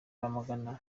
bamagana